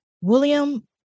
William